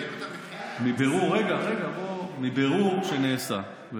אתה יודע מתי העלו את המחיר?